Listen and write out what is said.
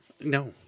No